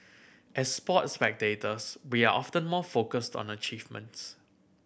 as sports spectators we are often more focused on achievements